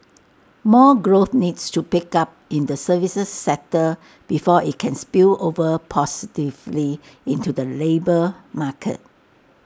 more growth needs to pick up in the services sector before IT can spill over positively into the labour market